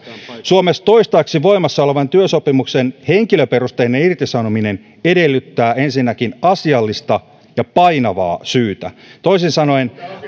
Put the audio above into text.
suomessa toistaiseksi voimassa olevan työsopimuksen henkilöperusteinen irtisanominen edellyttää ensinnäkin asiallista ja painavaa syytä toisin sanoen